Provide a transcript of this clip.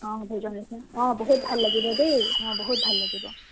অঁ ভোজৰ নিচিনা অঁ বহুত ভাল লাগিব দেই অঁ বহুত ভাল লাগিব